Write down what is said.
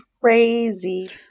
Crazy